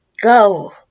Go